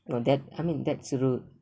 no that I mean that's rude